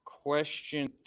Question